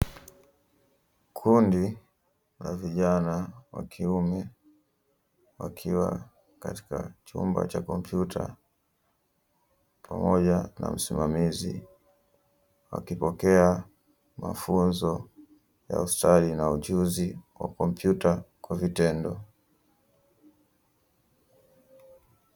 Kundi la vijana wa kiume wakiwa katika chumba cha kompyuta pamoja na msimamizi wakipokea mafunzo ya ustadi na ujuzi wa kompyuta kwa vitendo.